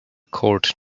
court